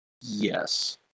Yes